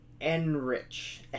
Enrich